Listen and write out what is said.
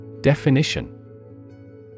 Definition